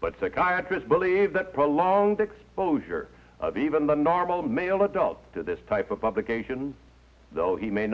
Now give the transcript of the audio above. but psychiatrist believe that prolonged exposure of even the normal male adults to this type of publication though he may